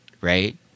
right